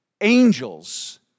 angels